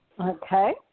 Okay